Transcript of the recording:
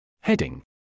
Heading